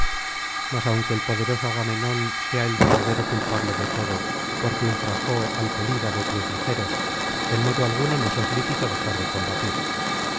mas aunque el poderoso agamenón sea el verdadero culpable de todo porque ultrajó al pelida de pies ligeros en modo alguno nos es lícito dejar de combatir